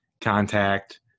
Contact